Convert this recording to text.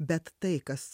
bet tai kas